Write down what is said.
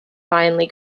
finely